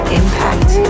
impact